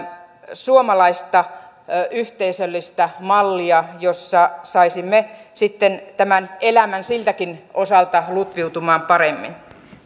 suomalaista yhteisöllistä mallia jossa saisimme sitten elämän siltäkin osalta lutviutumaan paremmin